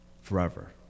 forever